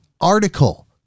article